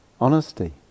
Honesty